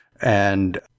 and-